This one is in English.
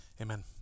amen